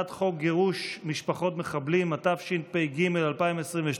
הצעת חוק גירוש משפחות מחבלים, התשפ"ג 2022,